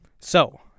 So-